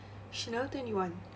she never tell anyone